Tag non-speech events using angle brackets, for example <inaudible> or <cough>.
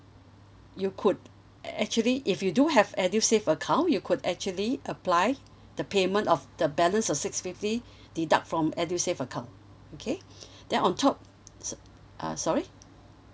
you could actually if you do have edusave account you could actually apply the payment of the balance of six fifty deduct from edusave account okay <breath> then on top s~ uh sorry